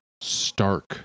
stark